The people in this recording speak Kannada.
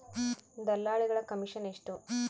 ದಲ್ಲಾಳಿಗಳ ಕಮಿಷನ್ ಎಷ್ಟು?